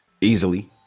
easily